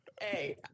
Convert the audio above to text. Hey